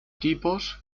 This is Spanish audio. tipos